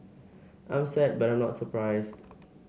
I'm sad but I'm not surprised